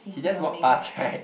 he just walk past right